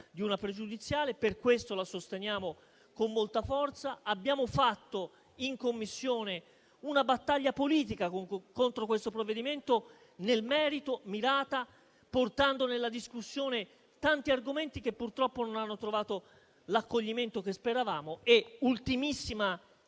pregiudiziale e per questo la sosteniamo con molta forza. Abbiamo portato avanti in Commissione una battaglia politica nel merito contro questo provvedimento, una battaglia mirata, portando nella discussione tanti argomenti che purtroppo non hanno trovato l'accoglimento che speravamo. Ultimissima